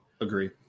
Agree